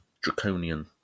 draconian